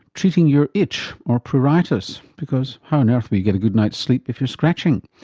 treating your itch, or pruritus, because how on earth will you get a good night's sleep if you're scratching?